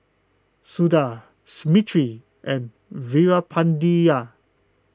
Suda Smriti and Veerapandiya